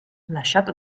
lasciato